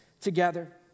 together